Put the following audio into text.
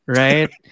right